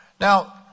Now